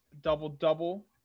double-double